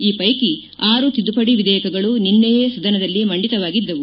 ಈ ವೈಕಿ ಆರು ತಿದ್ದುಪಡಿ ವಿಧೇಯಕಗಳು ನಿನ್ನೆಯೇ ಸದನದಲ್ಲಿ ಮಂಡಿಕವಾಗಿದ್ದವು